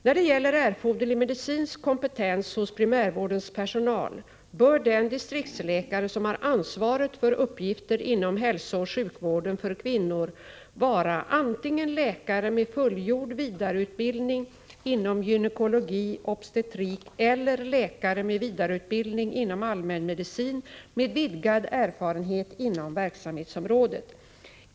När det gäller erforderlig medicinsk kompetens hos primärvårdens personal bör den distriktsläkare som har anvaret för uppgifter inom hälsooch sjukvården för kvinnor vara antingen läkare med fullgjord vidareutbildning inom gynekologi/obstetrik eller läkare med vidareutbildning inom allmänmedicin med vidgad erfarenhet inom verksamhetsområdet.